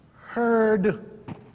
heard